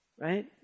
Right